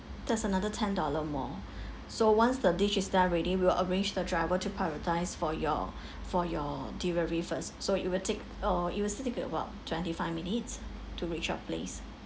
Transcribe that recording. that's another ten dollar more so once the dish is done already we'll arrange the driver to prioritise for your for your delivery first so it will take uh it will still take about twenty five minutes to reach your place